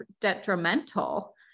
detrimental